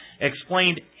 explained